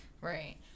Right